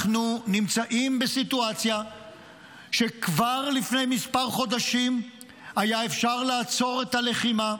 אנחנו נמצאים בסיטואציה שכבר לפני כמה חודשים היה אפשר לעצור את הלחימה,